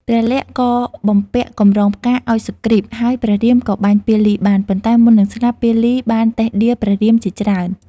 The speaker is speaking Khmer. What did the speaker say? ព្រះលក្សណ៍ ក៏បំពាក់កម្រងផ្កាឱ្យសុគ្រីព ហើយព្រះរាមក៏បាញ់ពាលីបាន ប៉ុន្តែមុននឹងស្លាប់ពាលីបានតិះដៀលព្រះរាមជាច្រើន។